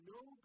no